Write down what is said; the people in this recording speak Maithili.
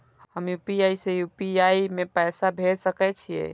हम यू.पी.आई से यू.पी.आई में पैसा भेज सके छिये?